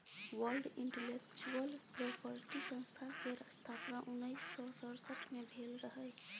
world intellectual property संस्था केर स्थापना उन्नैस सय सड़सठ मे भेल रहय